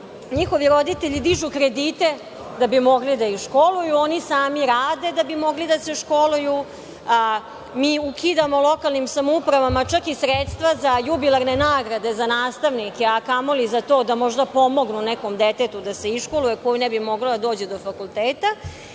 Njihovi roditelji dižu kredite da bi mogli da ih školuju i oni sami rade da bi mogli da se školuju, mi ukidamo lokalnim samoupravama čak i sredstva za jubilarne nagrade za nastavnike, a kamoli za to da možda pomognu nekom detetu da se iškoluje, koje ne bi moglo da dođe do fakulteta